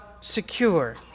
secure